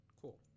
Cool